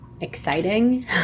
exciting